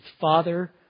Father